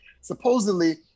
supposedly